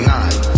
Nine